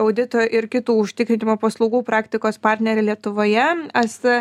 audito ir kitų užtikrinimo paslaugų praktikos partnerė lietuvoje asta